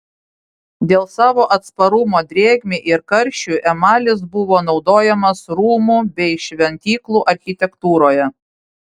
dėl savo atsparumo drėgmei ir karščiui emalis buvo naudojamas rūmų bei šventyklų architektūroje